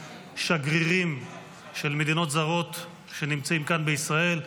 שגרירים של מדינות זרות שנמצאים כאן בישראל.